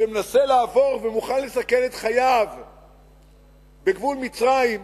שמנסה לעבור ומוכן לסכן את חייו בגבול מצרים,